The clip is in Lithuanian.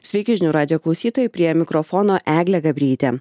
sveiki žinių radijo klausytojai prie mikrofono eglė gabrytė